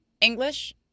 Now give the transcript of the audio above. English